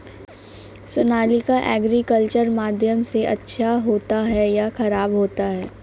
Sonalika agriculture माध्यम से अच्छा होता है या ख़राब होता है?